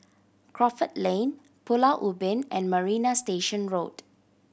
Crawford Lane Pulau Ubin and Marina Station Road